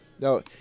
No